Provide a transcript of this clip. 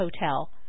Hotel